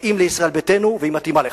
מתאים לישראל ביתנו והיא מתאימה לך.